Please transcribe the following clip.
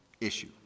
issue